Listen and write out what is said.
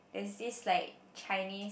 there's this like Chinese